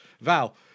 Val